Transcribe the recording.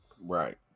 Right